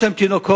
יש להן תינוקות,